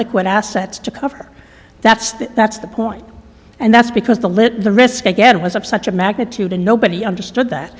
liquid assets to cover that's the that's the point and that's because the lit the risk again was of such magnitude and nobody understood that